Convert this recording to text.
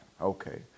okay